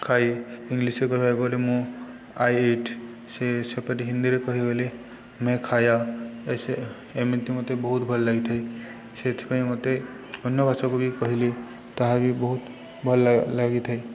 ଖାଏ ଇଂଲିଶ୍ରେ କହିବାକୁ ଗଲେ ମୁଁ ଆଇ ଇଟ୍ ସେ ସେପରି ହିନ୍ଦୀରେ କହିଗଲେ ମେ ଖାୟା ଏସେ ଏମିତି ମୋତେ ବହୁତ ଭଲ ଲାଗିଥାଏ ସେଥିପାଇଁ ମୋତେ ଅନ୍ୟ ଭାଷାକୁ ବି କହିଲେ ତାହା ବି ବହୁତ ଭଲ ଲାଗିଥାଏ